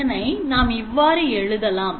இதனை நாம் இவ்வாறு எழுதலாம்